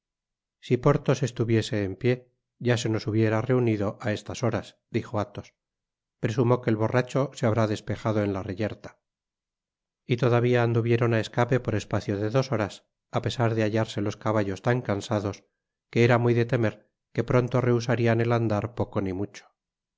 si porthos estuviese en pié ya se nos hubiera reunido á estas horas dijo athos presumo que el borracho se habrá despejado en la reyerta y todavía anduvieron á escape por espacio de dos horas á pesar de hallarse los caballos tan cansados que era muy de temer que pronto rehusarían el andar poco ni mucho los